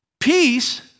Peace